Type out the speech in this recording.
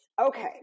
Okay